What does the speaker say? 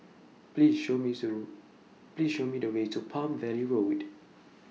Please Show Me Please Show Me The Way to Palm Valley Road